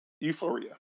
Euphoria